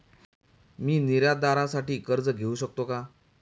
मी निर्यातदारासाठी कर्ज घेऊ शकतो का?